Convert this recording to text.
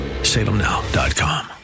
salemnow.com